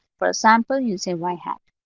for a sample, you say y hat.